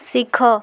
ଶିଖ